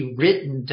written